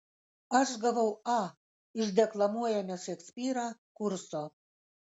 aš gavau a iš deklamuojame šekspyrą kurso